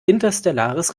interstellares